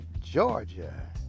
Georgia